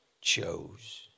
chose